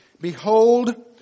behold